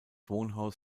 wohnhaus